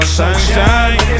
sunshine